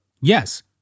Yes